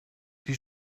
die